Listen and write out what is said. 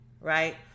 right